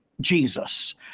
Jesus